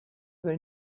they